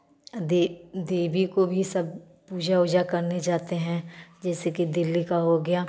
दे देवी को भी सब पूजा उजा करने जाते हैं जैसे कि दिल्ली का हो गया